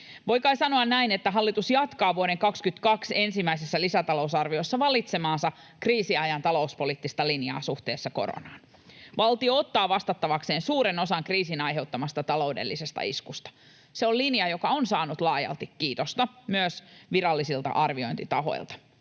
Voi kai sanoa näin, että hallitus jatkaa vuoden 22 ensimmäisessä lisätalousarviossa valitsemaansa kriisiajan talouspoliittista linjaa suhteessa koronaan. Valtio ottaa vastattavakseen suuren osan kriisin aiheuttamasta taloudellisesta iskusta. Se on linja, joka on saanut laajalti kiitosta myös virallisilta arviointitahoilta.